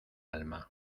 alma